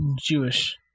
Jewish